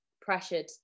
pressured